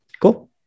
Cool